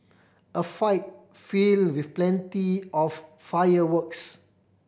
a fight filled with plenty of fireworks